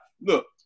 Look